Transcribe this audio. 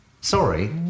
Sorry